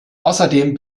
außerdem